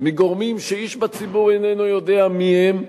מגורמים שאיש בציבור איננו יודע מיהם,